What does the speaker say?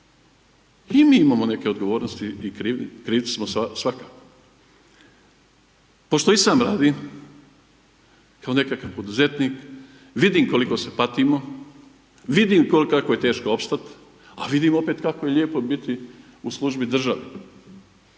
I mi imamo neke odgovornosti i krivci samo svakako. Pošto i sam radim kao nekakvi poduzetnik vidim koliko se patimo, vidimo kako je teško opstat, a vidim opet kako je lijepo biti u službi države,